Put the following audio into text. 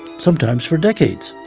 sometimes for decades.